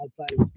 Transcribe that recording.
outside